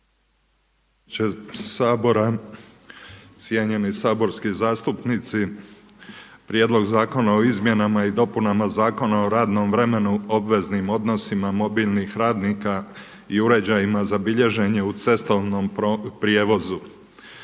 na glasovanje sljedeći Zaključak: „Prihvaća se Prijedlog zakona o izmjenama i dopunama Zakona o radnom vremenu, obveznim odmorima mobilnih radnika i uređajima za bilježenje u cestovnom prijevozu.“.